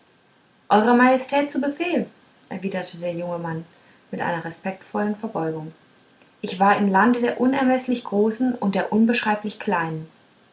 eurer majestät zu befehl erwiderte der junge mann mit einer respektvollen verbeugung ich war im lande der unermeßlich großen und der unbeschreiblich kleinen